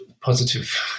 positive